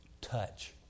Touch